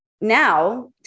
now